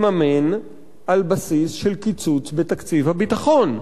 לממן על בסיס של קיצוץ בתקציב הביטחון.